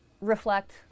reflect